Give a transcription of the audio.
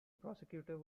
prosecutor